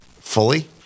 fully